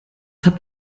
habt